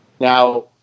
Now